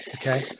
Okay